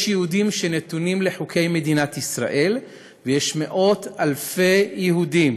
יש יהודים שנתונים לחוקי מדינת ישראל ויש מאות אלפי יהודים